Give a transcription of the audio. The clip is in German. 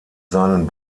seinen